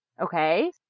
Okay